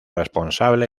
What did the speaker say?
responsable